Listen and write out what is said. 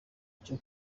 cyo